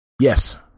yes